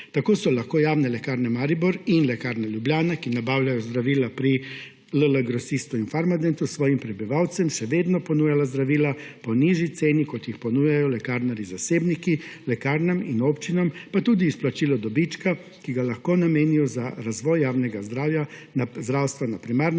Tako so lahko javne Lekarne Maribor in Lekarna Ljubljana, ki nabavljajo zdravila pri LL Grosistu in Farmadentu, svojim prebivalcem še vedno ponujala zdravila po nižji ceni, kot jih ponujajo lekarnarji zasebniki lekarnam in občinam, pa tudi izplačilo dobička, ki ga lahko namenijo za razvoj javnega zdravja, za zdravstvo